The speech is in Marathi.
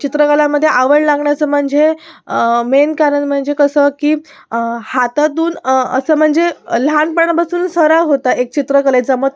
चित्रकलामध्ये आवड लागण्याचं म्हणजे मेन कारण म्हणजे कसं की हातातून असं म्हणजे लहानपणापासून सराव होता एक चित्रकलेचा मग